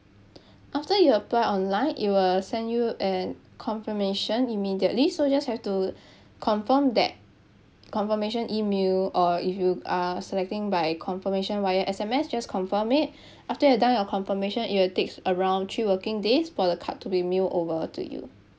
after you apply online it will send you an confirmation immediately so just have to confirm that confirmation email or if you are selecting by confirmation via S_M_S just confirm it after you're done your confirmation it will take around three working days for the card to be mailed over to you